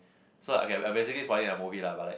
so I can I'm basically spoiling a movie lah but like